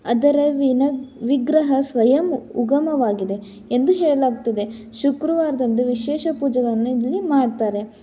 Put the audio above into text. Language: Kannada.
ಅದರ ವಿನ್ ವಿಗ್ರಹ ಸ್ವಯಂ ಉಗಮವಾಗಿದೆ ಎಂದು ಹೇಳಲಾಗ್ತದೆ ಶುಕ್ರವಾರದಂದು ವಿಶೇಷ ಪೂಜೆಯನ್ನು ಇಲ್ಲಿ ಮಾಡ್ತಾರೆ